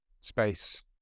space